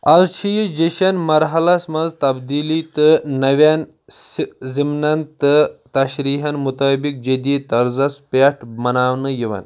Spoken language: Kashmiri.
از چھِ یہِ جیٚشن مرحلس منٛز تبدیٖلی تہٕ نوین سہِ ضِمنن تہٕ تشریحن مُطٲبِق جٔدیٖد طرزس پٮ۪ٹھ مناونہٕ یِوان